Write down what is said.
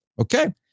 Okay